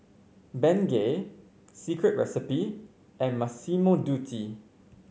Bengay Secret Recipe and Massimo Dutti